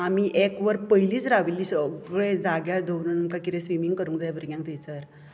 आमी एक वर पयलींच राविल्ली सगळें जाग्यार दवरून आमकां कितें स्विमींग करूंक जाय भुरग्यांक थंयसर